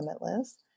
limitless